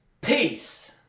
peace